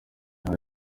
hari